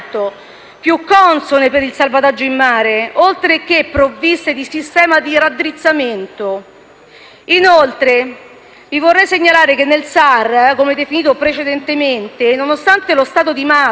più consone per il salvataggio in mare, oltre che provviste di sistema di raddrizzamento. Inoltre, vi vorrei segnalare che nel SAR, come definito precedentemente, lo Stato di Malta,